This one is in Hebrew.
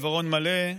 יש עיוורון מלא,